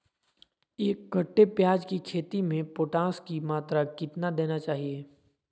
एक कट्टे प्याज की खेती में पोटास की मात्रा कितना देना चाहिए?